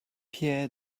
pierre